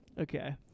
Okay